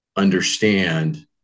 understand